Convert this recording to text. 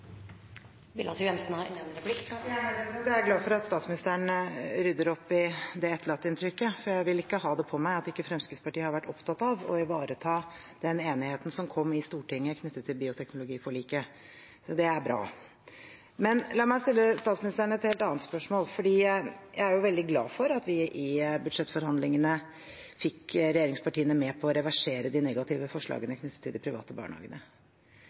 Jeg er glad for at statsministeren rydder opp i det etterlatte inntrykket, for jeg vil ikke ha det på meg at ikke Fremskrittspartiet har vært opptatt av å ivareta den enigheten som kom i Stortinget knyttet til bioteknologiforliket. Det er bra. Men la meg stille statsministeren et helt annet spørsmål. Jeg er jo veldig glad for at vi i budsjettforhandlingene fikk regjeringspartiene med på å reversere de negative forslagene knyttet til de private barnehagene,